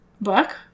book